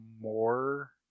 more